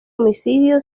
homicidio